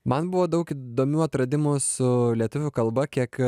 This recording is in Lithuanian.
man buvo daug įdomių atradimų su lietuvių kalba kiek